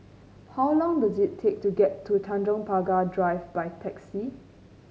how long does it take to get to Tanjong Pagar Drive by taxi